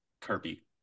Kirby